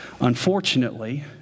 Unfortunately